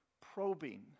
probing